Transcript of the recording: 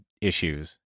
issues